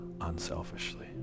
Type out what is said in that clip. unselfishly